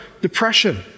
depression